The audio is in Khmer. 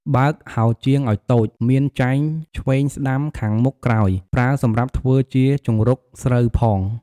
បើកហោជាងឲ្យតូច មានចែងឆ្វេងស្តាំខាងមុខក្រោយ ប្រើសម្រាប់ធ្វើជាជង្រុកស្រូវផង។